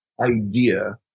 idea